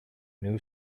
new